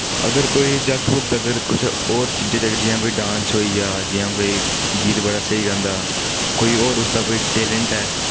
अगर कोई जागत पुगत अगर कुसै होर चीजै च जि'यां कोई डांस होई गेआ जि'यां कोई गीत बगैरा स्हेई गांदा कोई और उसदा कोई टेलेंट ऐ